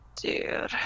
dude